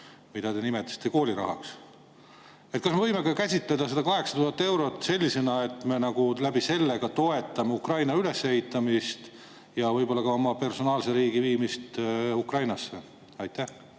mida te nimetasite koolirahaks. Kas me võime käsitleda seda 800 000 eurot sellisena, et me nagu selle kaudu toetame Ukraina ülesehitamist ja võib-olla ka oma personaalse riigi viimist Ukrainasse? Aitäh!